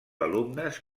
alumnes